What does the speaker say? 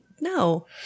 no